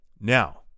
Now